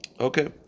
Okay